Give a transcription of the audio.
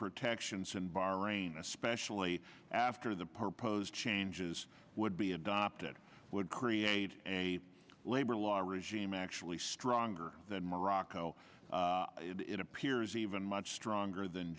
protections in bahrain especially after the pose changes would be adopted would create a labor law regime actually stronger than morocco it appears even much stronger than